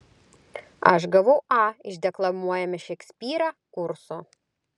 aš gavau a iš deklamuojame šekspyrą kurso